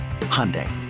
Hyundai